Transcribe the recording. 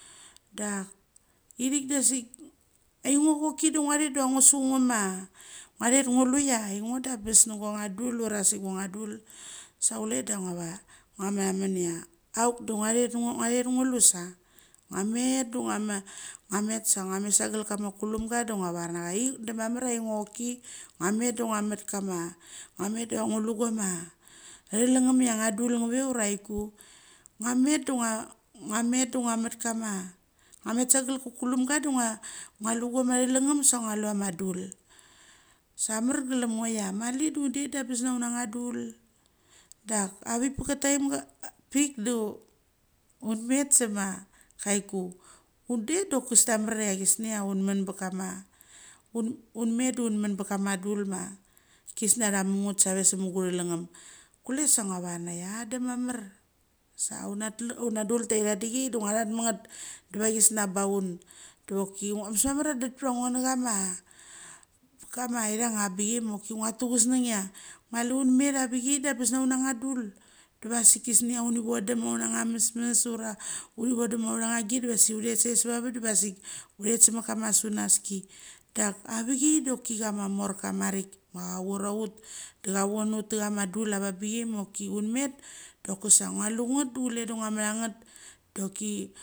Da lthik da sa sik aingo choki dangua thet da ngu su ma ngua thet ngu luia aingodabes na guangnga dulura sik guangnga dul, sa chule da ngua vara ngua matha munia aukda ngua thet, da ngua theth da ngu lu sa ngua met du nguama. Ngua met sa ngua met sa gal kamaku lumga da ngua varna cha ia i da ma maria ai ngngochoki, ngua met da ngua mut kama ngua met da ngu lu go ma thalangnungum ia nga dul ngaveta ura chuai ku. Ngua met da ngua, ngua met du ngua mat kama, ngua met sa gal ka kulan ga da du ngua, ngua lu guma thalungngum sa ngua lu ama dul. sa amarglum ngoia mali du der da angabes na unnga dul. Sa amarglum ngoia mali du der da angabes na un nga dul. Dak avi kda malka timega pik du un met sa ma kai ku. Un det doki samaria gisnea unmum bakama un, un met du un mun bakama dul ma kisnia tha mungeth sa ve mu gu thalang ngum. Kulesa ngua var na chi ia a da da mamar sa una tlung una dul tai thung dik da ngua thatma ngeth diva chisnia baun. Do choki ambes mamar a dut ptha ngo na chama kama ithung ava bi chai maki ngua tugus nung ia ngua lu da met avi chai da am bes na unangnga dul. Diva sik kisnea uni bon dum bauthanga mesmes ura uthi vodum ba uthangnga git divas chule sa savavet dava sik uthet sama kama sunaski dak avi chai da choki ama morka marik ma cha churaut da chavon ut ta chama dul ava bi chai ma choki un met do kos sa ngua lu ngeth du chule da ngua math a ngeth doki.